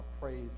Praise